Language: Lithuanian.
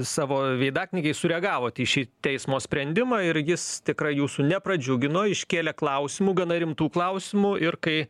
savo veidaknygėj sureagavot į šį teismo sprendimą ir jis tikrai jūsų nepradžiugino iškėlė klausimų gana rimtų klausimų ir kai